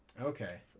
Okay